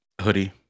hoodie